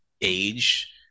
age